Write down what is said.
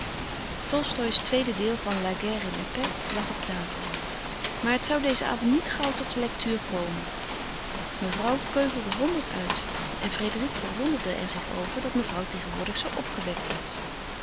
tolstoï's tweede deel van la guerre et la paix lag op tafel maar het zou dezen avond niet gauw tot de lectuur komen mevrouw keuvelde honderd uit en frédérique verwonderde er zich over dat mevrouw tegenwoordig zoo opgewekt was